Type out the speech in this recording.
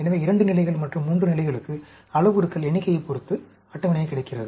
எனவே 2 நிலைகள் 3 நிலைகளுக்கு அளவுருக்கள் எண்ணிக்கையைப் பொறுத்து அட்டவணை கிடைக்கிறது